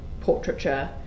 portraiture